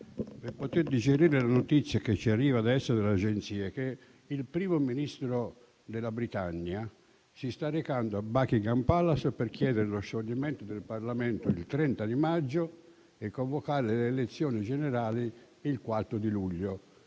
per poter digerire la notizia che ci arriva adesso delle agenzie, ovvero che il Primo Ministro della Britannia si sta recando a Buckingham Palace per chiedere lo scioglimento del Parlamento il 30 maggio e convocare le elezioni generali il 4 luglio.